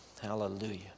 Hallelujah